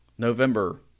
November